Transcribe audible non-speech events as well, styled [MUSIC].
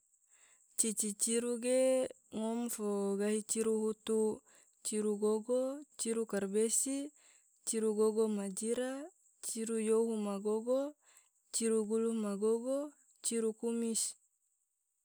[NOISE] cici ciru ge ngom fo gahi ciru hutu, ciru gogo, ciru karbesi, ciru gogo ma jira, ciru yohu ma gogo, ciru gulu ma gogo, ciru kumis. [NOISE]